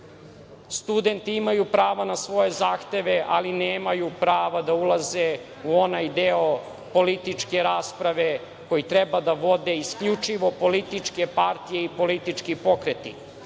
oterali. Studenti imaju pravo na svoje zahteve, ali nemaju prava da ulaze u onaj deo političke rasprave koji treba da vode isključivo političke partije i politički pokreti. Mi